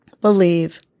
Believe